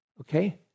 Okay